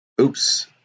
Oops